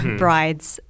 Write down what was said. bride's